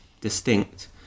distinct